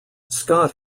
scott